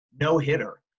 no-hitter